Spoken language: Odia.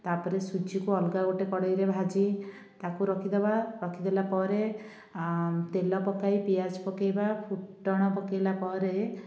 ତା'ପରେ ସୁଜିକୁ ଅଲଗା ଗୋଟେ କଢ଼େଇରେ ଭାଜି ତା'କୁ ରଖିଦେବା ରଖିଦେଲା ପରେ ତେଲ ପକାଇ ପିଆଜ ପକେଇବା ଫୁଟଣ ପକେଇଲା ପରେ